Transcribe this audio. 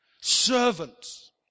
servants